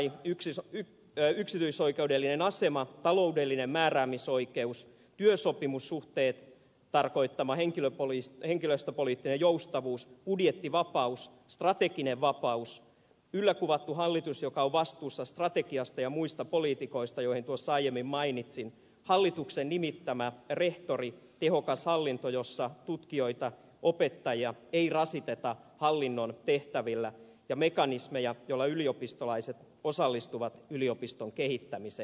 niitä ovat julkis tai yksityisoikeudellinen asema taloudellinen määräämisoikeus työsopimussuhteitten tarkoittama henkilöstöpoliittinen joustavuus budjettivapaus strateginen vapaus yllä kuvattu hallitus joka on vastuussa strategiasta ja muista politiikoista joista tuossa aiemmin mainitsin hallituksen nimittämä rehtori tehokas hallinto jossa tutkijoita opettajia ei rasiteta hallinnon tehtävillä ja mekanismeja joilla yliopistolaiset osallistuvat yliopiston kehittämiseen